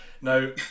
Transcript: Now